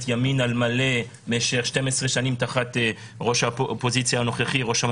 ימין על מלא במשך 12 שנים תחת בנימין נתניהו.